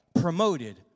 promoted